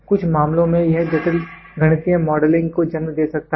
तो कुछ मामलों में यह जटिल गणितीय मॉडलिंग को जन्म दे सकता है